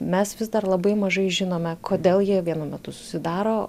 mes vis dar labai mažai žinome kodėl jie vienu metu susidaro